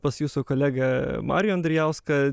pas jūsų kolegą marių andrijauską